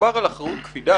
כשמדובר על אחריות קפידה,